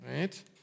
right